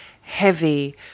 heavy